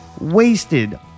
wasted